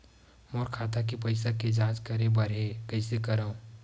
मोर खाता के पईसा के जांच करे बर हे, कइसे करंव?